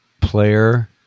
player